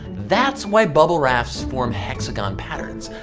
that's why bubble rafts form hexagon patterns.